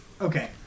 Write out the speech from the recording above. Okay